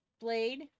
Blade